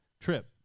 trip